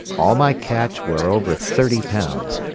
all my catch were over thirty pounds,